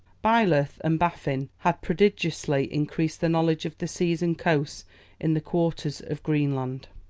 byleth and baffin had prodigiously increased the knowledge of the seas and coasts in the quarters of greenland.